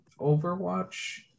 overwatch